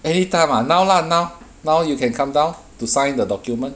anytime ah now lah now now you can come down to sign the document